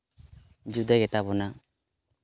ᱡᱩᱫᱟᱹ ᱜᱮᱛᱟ ᱵᱚᱱᱟ